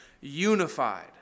unified